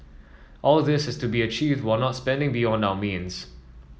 all this is to be achieved while not spending beyond our means